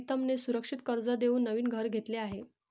प्रीतमने सुरक्षित कर्ज देऊन नवीन घर घेतले आहे